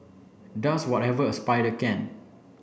does whatever a spider can